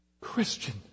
Christian